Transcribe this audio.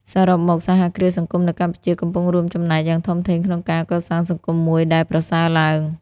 សរុបមក សហគ្រាសសង្គមនៅកម្ពុជា កំពុងរួមចំណែកយ៉ាងធំធេងក្នុងការកសាងសង្គមមួយដែលប្រសើរឡើង។